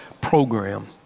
program